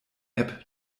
app